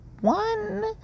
One